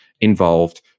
involved